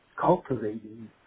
cultivating